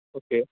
okay